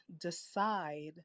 decide